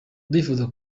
ndifuza